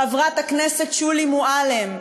חברת הכנסת שולי מועלם,